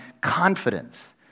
confidence